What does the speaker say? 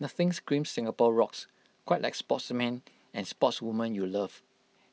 nothing screams Singapore rocks quite like sportsman and sportswoman you love